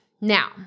now